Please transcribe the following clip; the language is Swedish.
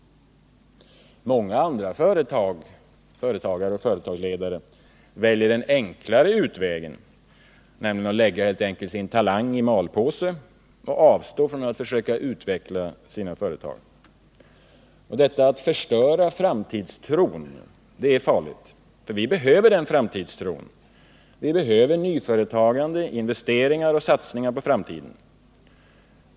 Många andra företagare och företagsledare väljer den enklare utvägen, nämligen att helt enkelt lägga sin talang i malpåse och avstå från att söka utveckla sitt företag. Detta att förstöra framtidstron är farligt, för vi behöver den framtidstron. Vi behöver nyföretagande, investeringar och satsningar på framtiden.